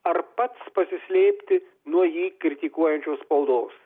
ar pats pasislėpti nuo jį kritikuojančios spaudos